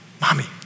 Mommy